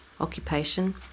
occupation